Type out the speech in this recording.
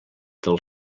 del